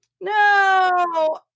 No